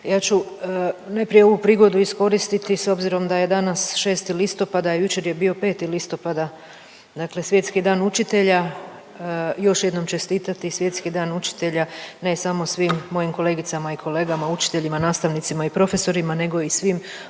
Ja ću najprije ovu prigodu iskoristiti s obzirom da je danas 6. listopada, a jučer je bio 5. listopada dakle Svjetski dan učitelja još jednom čestiti Svjetski dan učitelja ne samo svim mojim kolegicama i kolegama učiteljima, nastavnicima i profesorima nego i svim odgojiteljicama